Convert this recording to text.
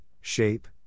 shape